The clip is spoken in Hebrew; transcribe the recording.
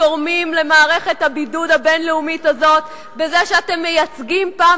תורמים למערכת הבידוד הבין-לאומית הזאת בזה שאתם מייצגים פעם